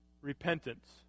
repentance